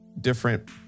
different